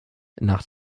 nach